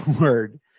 word